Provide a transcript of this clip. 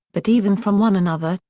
but even from one another,